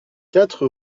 quatre